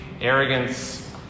arrogance